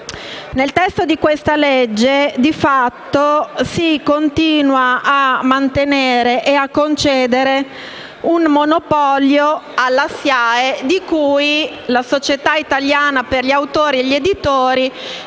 nel testo al nostro esame di fatto si continua a mantenere e concedere un monopolio alla SIAE (la Società italiana per gli autori e gli editori)